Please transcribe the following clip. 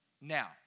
Now